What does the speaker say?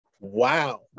Wow